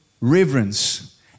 reverence